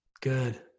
Good